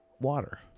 water